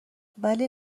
ولی